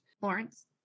lawrence